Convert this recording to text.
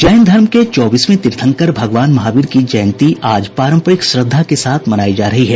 जैन धर्म के चौबीसवें तीर्थंकर भगवान महावीर की जयंती आज पारंपरिक श्रद्धा के साथ मनायी जा रही है